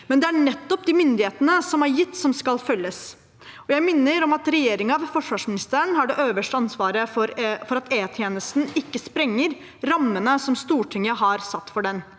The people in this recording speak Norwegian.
men det er nettopp den myndigheten som er gitt, som skal følges. Jeg minner om at regjeringen, ved forsvarsministeren, har det øverste ansvaret for at E-tjenesten ikke sprenger rammene som Stortinget har satt for den.